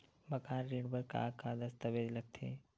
मकान ऋण बर का का दस्तावेज लगथे?